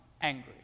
angry